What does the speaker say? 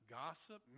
gossip